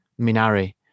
Minari